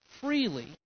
freely